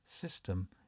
system